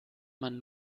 man